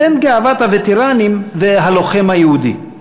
לבין גאוות הווטרנים והלוחם היהודי.